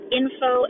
info